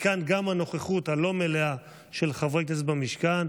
מכאן גם הנוכחות הלא-מלאה של חברי הכנסת במשכן.